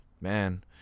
Man